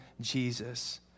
Jesus